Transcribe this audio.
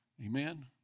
Amen